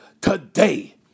today